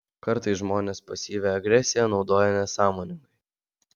kartais žmonės pasyvią agresiją naudoja nesąmoningai